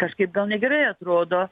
kažkaip gal negerai atrodo